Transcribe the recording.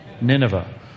Nineveh